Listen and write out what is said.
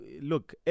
Look